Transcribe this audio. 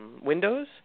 windows